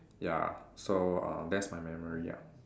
ya so uh that's my memory ah